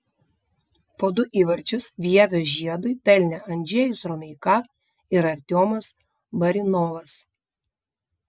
po du įvarčius vievio žiedui pelnė andžejus romeika ir artiomas barinovas